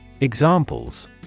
Examples